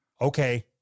Okay